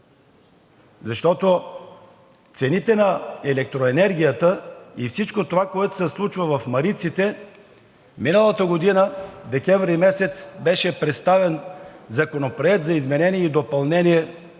Защото цените на електроенергията и всичко това, което се случва в мариците – миналата година месец декември беше представен Законопроект за изменение и допълнение